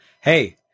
Hey